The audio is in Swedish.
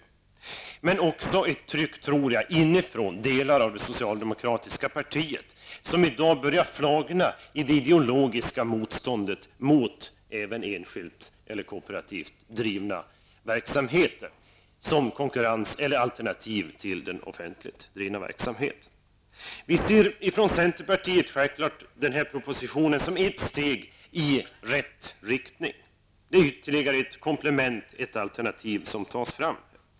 Jag tror också att det kommer ett tryck inne från delar av det socialdemokratiska partiet, som i dag börjar flagna i det ideologiska motståndet mot enskilt eller kooperativt drivna verksamheter som alternativ till den offentligt drivna verksamheten. Från centerpartiet ser vi självfallet denna proposition som ett steg i rätt riktning. Det är ytterligare ett komplement, ett alternativ, som tas fram.